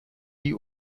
die